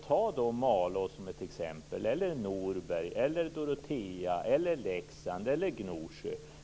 Ta t.ex. Malå, Norberg, Dorotea, Leksand eller Gnosjö.